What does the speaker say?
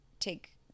take